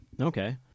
Okay